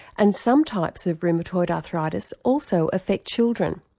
and some types of rheumatoid arthritis also affect children.